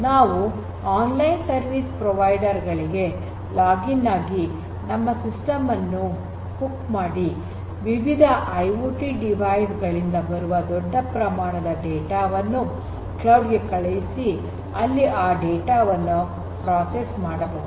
ನಾವು online service provider ಗಳಿಗೆ login ಆಗಿ ನಮ್ಮ ಸಿಸ್ಟಮ್ ಅನ್ನು ಹುಕ್ ಮಾಡಿ ವಿವಿಧ ಐಓಟಿ ಡಿವೈಸ್ ಗಳಿಂದ ಬರುವ ದೊಡ್ಡ ಪ್ರಮಾಣದ ಡೇಟಾ ವನ್ನು ಕ್ಲೌಡ್ ಗೆ ಕಳುಹಿಸಿ ಅಲ್ಲಿ ಆ ಡೇಟಾ ವನ್ನು ಪ್ರೋಸೆಸ್ ಮಾಡಬಹುದು